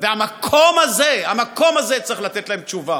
והמקום הזה, המקום הזה צריך לתת להם תשובה.